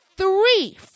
Three